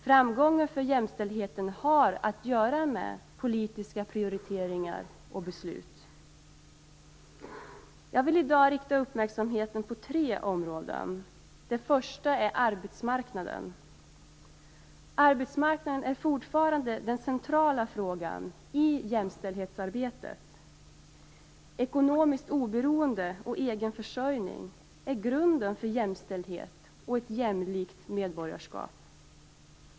Framgången för jämställdheten har att göra med politiska prioriteringar och beslut. Jag vill i dag rikta uppmärksamheten på tre områden. Det första är arbetsmarknaden. Arbetsmarknaden är fortfarande den centrala frågan i jämställdhetsarbetet. Ekonomiskt oberoende och egen försörjning är grunden för jämställdhet och ett jämlikt medborgarskap.